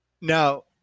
now